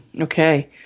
Okay